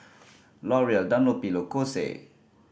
L'Oreal Dunlopillo Kose